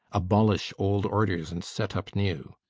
abolish old orders and set up new.